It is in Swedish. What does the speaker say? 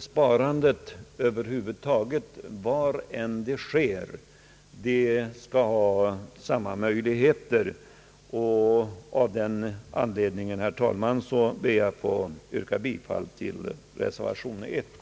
sparandet över huvud taget, var det än sker, skall ha samma möjligheter. Av den anledningen, herr talman, ber jag att få yrka bifall till reservation I.